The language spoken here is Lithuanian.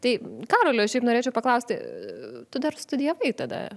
tai karoli aš šiaip norėčiau paklausti tu dar studijavai tada